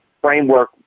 framework